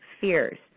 fears